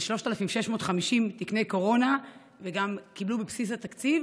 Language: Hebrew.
3,650 תקני קורונה וגם קיבלו בבסיס התקציב,